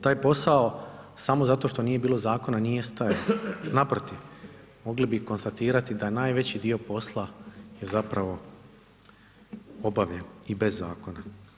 Taj posao samo zato što nije bilo Zakona nije stajao, naprotiv mogli bi konstatirati da je najveći dio posla je zapravo obavljen i bez Zakona.